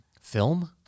film